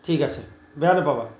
ঠিক আছে বেয়া নেপাবা